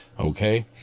Okay